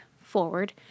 forward